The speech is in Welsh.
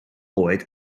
oed